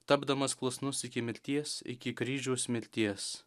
tapdamas klusnus iki mirties iki kryžiaus mirties